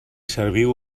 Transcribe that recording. serviu